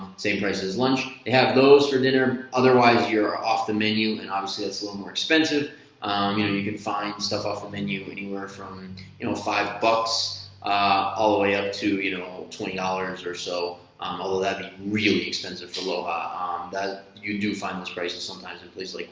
same price as lunch. they have those for dinner otherwise you're off the menu and obviously it's a little more expensive you know, you can find stuff off the menu anywhere from you know, five bucks all the way up to you know, twenty dollars or so um although that'll really expensive for loja ah that you do find this prices sometimes. and like